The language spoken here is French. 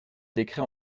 décret